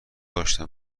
داشتم